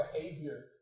behavior